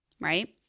Right